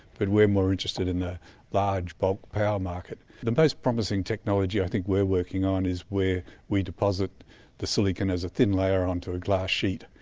but we're more interested in the large bulk-power market. the most promising technology i think we're working on is where we deposit the silicon as a thin layer onto a glass sheet.